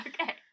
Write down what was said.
Okay